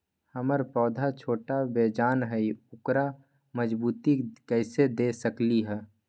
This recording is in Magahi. हमर पौधा छोटा बेजान हई उकरा मजबूती कैसे दे सकली ह?